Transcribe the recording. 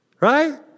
Right